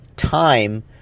time